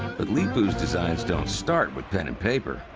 but leepu's designs don't start with pen and paper.